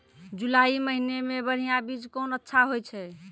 जुलाई महीने मे बढ़िया बीज कौन अच्छा होय छै?